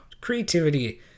Creativity